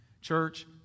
Church